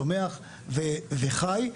בצומח ובחי.